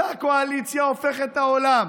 אותה קואליציה הופכת את העולם